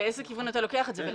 לאיזה כיוון אתה לוקח את זה?